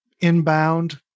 inbound